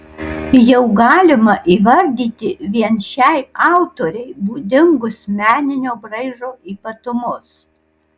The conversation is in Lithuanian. jau galima įvardyti vien šiai autorei būdingus meninio braižo ypatumus